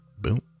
boom